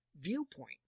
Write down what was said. viewpoint